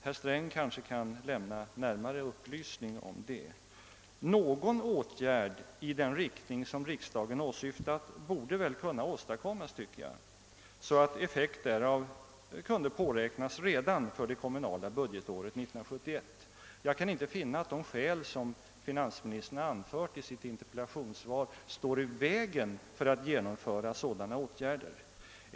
Herr Sträng kan kanske lämna upplysning om den saken. Någon åtgärd i den riktning som riksdagen åsyftade borde väl kunna åstadkommas, så att effekten därav kunde påräknas redan för det kommunala budgetåret 1971. Jag kan inte finna att de skäl som finansministern anfört i interpellationssvaret står i vägen för sådana åtgärder.